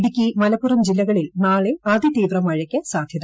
ഇടുക്കി മലപ്പുറം ജില്ലകളിൽ നാളെ അതിതീവ്ര മഴയ്ക്ക് സാധ്യത